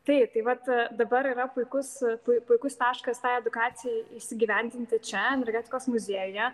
taip tai vat dabar yra puikus pui puikus taškas tai edukacijai įsigyvendinti čia energetikos muziejuje